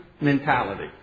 mentality